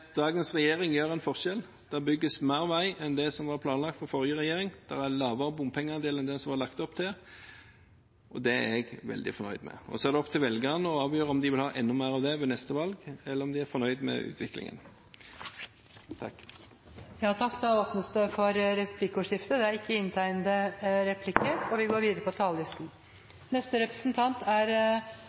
dagens regjering gjør en forskjell: Det bygges mer vei enn det som var planlagt av forrige regjering, det er lavere bompengeandel enn det som det var lagt opp til, og det er jeg veldig fornøyd med. Så er det opp til velgerne å avgjøre om de vil ha enda mer av det ved neste valg, eller om de er fornøyde med utviklingen. De talere som heretter får ordet, har en taletid på inntil 3 minutter. La meg aller først starte med å takke komiteen for rask behandling, for det er